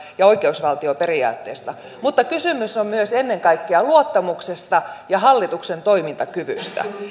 ja oikeusvaltioperiaatteesta mutta kysymys on myös ennen kaikkea luottamuksesta ja hallituksen toimintakyvystä